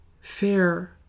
fair